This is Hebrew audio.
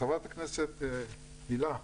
ח"כ הילה,